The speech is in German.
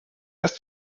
ist